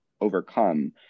overcome